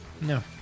No